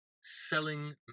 selling